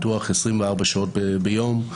פתוח 24 שעות ביום.